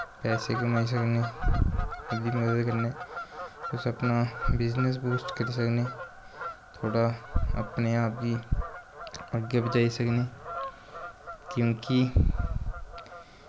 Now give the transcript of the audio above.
पैसे कमाई सकने ओह्दी मदद कन्नै तुस अपना बिज़नेस बूस्ट करी सकनें थोह्ड़ा अपने आप गी अग्गैं पजाई सकने क्योंकि